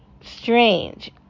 strange